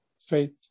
Faith